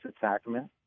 Sacrament